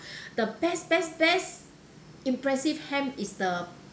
the best best best impressive ham is the